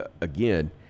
again